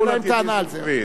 תיכף מוחמד,